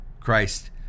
Christ